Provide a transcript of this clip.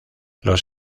los